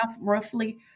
roughly